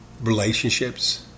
relationships